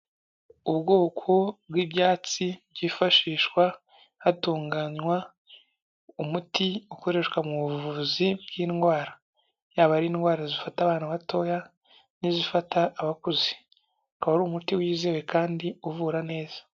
Ubwoko bw'ibyatsi byifashishwa hatunganywa umuti ukoreshwa mu buvuzi bw'indwara, yaba ari indwara zifata abana batoya n'izifata abakuze ukaba ari umuti wizewe kandi uvura neza.